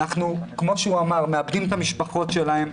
אנחנו מאבדים את המשפחות שלהם,